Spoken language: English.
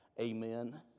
Amen